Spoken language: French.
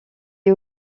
est